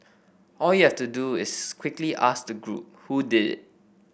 all you have to do is quickly ask the group who did it